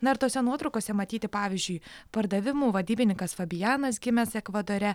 na ir tose nuotraukose matyti pavyzdžiui pardavimų vadybininkas fabijanas gimęs ekvadore